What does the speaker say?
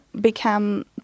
become